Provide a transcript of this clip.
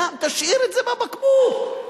תשאיר את זה בבקבוק.